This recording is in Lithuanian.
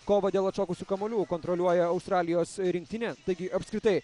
kovą dėl atšokusių kamuolių kontroliuoja australijos rinktinė taigi apskritai